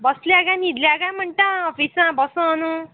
बसल्या काय न्हिदल्या काय म्हणटा ऑफिसां बसोनू